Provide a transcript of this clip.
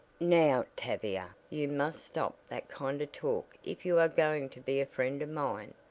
now, tavia, you must stop that kind of talk if you are going to be a friend of mine,